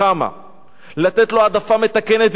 לתת לו העדפה מתקנת במקומות עבודה.